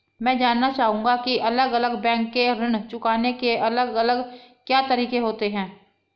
मैं जानना चाहूंगा की अलग अलग बैंक के ऋण चुकाने के अलग अलग क्या तरीके होते हैं?